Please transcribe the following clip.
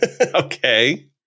Okay